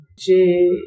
j'ai